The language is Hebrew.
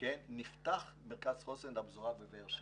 - שנפתח מרכז חוסן לפזורה בבאר שבע.